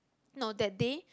no that day